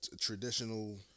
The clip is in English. traditional